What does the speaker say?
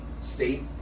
state